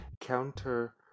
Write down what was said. counter